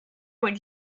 would